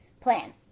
plan